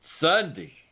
Sunday